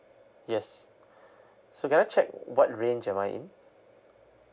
yes so better check what range am I in